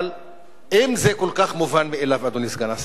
אבל אם זה כל כך מובן מאליו, אדוני סגן השר,